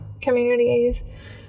communities